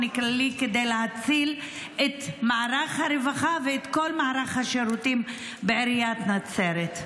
כללי כדי להציל את מערך הרווחה ואת כל מערך השירותים בעיריית נצרת.